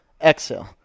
exhale